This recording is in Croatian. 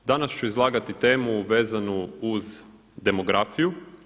Danas ću izlagati temu vezanu uz demografiju.